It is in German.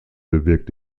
bewirkt